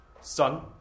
Son